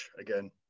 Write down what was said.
again